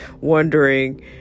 wondering